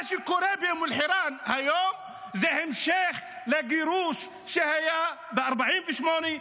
מה שקורה באום אלחיראן היום זה המשך לגירוש שהיה ב-1948,